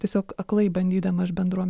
tiesiog aklai bandydama iš bendro